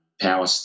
power